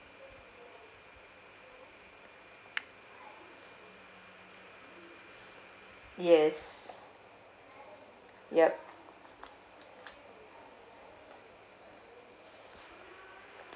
yes yup